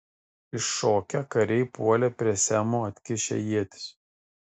iššokę kariai puolė prie semo atkišę ietis